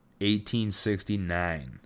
1869